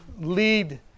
lead